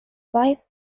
wife